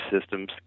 systems